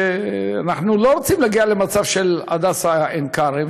אנחנו לא רוצים להגיע למצב של "הדסה עין-כרם",